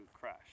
crash